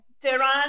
Tehran